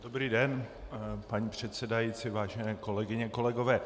Dobrý den, paní předsedající, vážené kolegyně a kolegové.